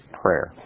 prayer